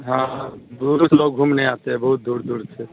हाँ दूरो से लोग घूमने आते हैं बहुत दूर दूर से